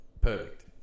perfect